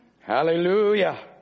Hallelujah